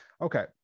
Okay